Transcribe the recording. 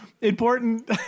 important